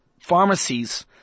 pharmacies